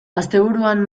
asteburuan